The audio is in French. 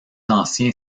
ancien